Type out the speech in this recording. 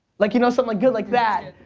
like, you know something like good like that.